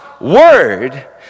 Word